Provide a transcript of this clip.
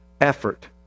effort